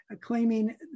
claiming